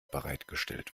bereitgestellt